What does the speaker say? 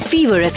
Fever